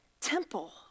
temple